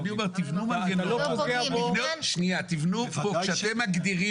אני אומר תבנו מנגנון